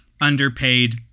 underpaid